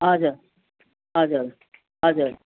हजुर हजुर हजुर